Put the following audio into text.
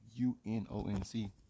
UNONC